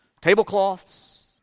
Tablecloths